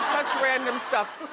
random stuff.